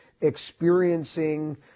experiencing